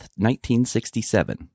1967